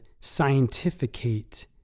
scientificate